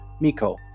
Miko